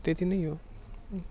त्यति नै हो